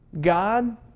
God